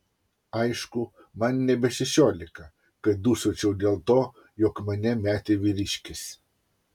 aišku man nebe šešiolika kad dūsaučiau dėl to jog mane metė vyriškis